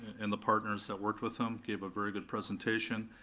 and the partners that worked with them gave a very good presentation.